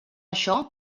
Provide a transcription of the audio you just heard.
això